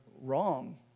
wrong